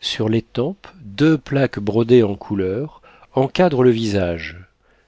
sur les tempes deux plaques brodées en couleur encadrent le visage